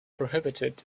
prohibited